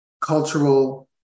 cultural